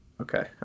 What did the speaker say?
okay